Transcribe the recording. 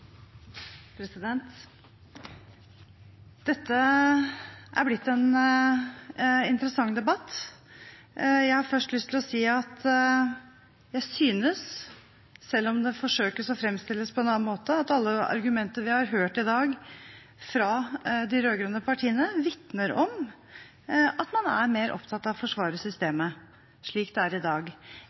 Dette er blitt en interessant debatt. Jeg har først lyst til å si at jeg synes, selv om noen forsøker å framstille det på en annen måte, at alle argumenter vi har hørt i dag fra de rød-grønne partiene, vitner om at man er mer opptatt av å forsvare systemet slik det er i dag,